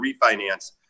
refinance